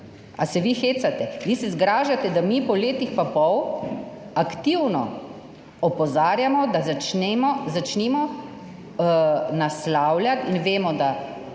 se vi hecate? Vi se zgražate, da mi po letih pa pol aktivno opozarjamo, da začnemo naslavljati in vemo, da